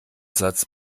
satz